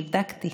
נבדקתי.